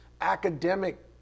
academic